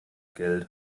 geld